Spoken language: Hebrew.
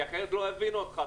כי אחרת לא יבינו אותך,